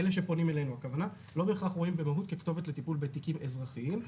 אלה שפונים אלינו לא בהכרח רואים במהו"ת כתובת לטיפול בתיקים אזרחיים.